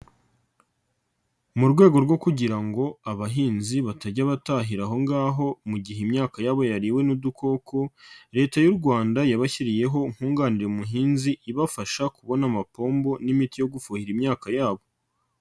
Mu rwego rwo kugira ngo abahinzi batajya batahira aho ngaho mu gihe imyaka yabo yariwe n'udukoko, Leta y'u Rwanda yabashyiriyeho nkunganire umuhinzi, ibafasha kubona amapombo n'imiti yo gufuhira imyaka yabo.